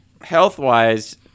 Health-wise